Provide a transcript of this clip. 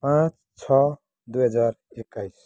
पाँच छ दुई हजार एक्काइस